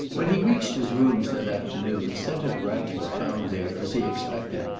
when he reached his rooms that afternoon, senator ratcliffe found there, as he expected,